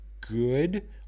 good